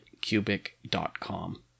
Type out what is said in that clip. cubic.com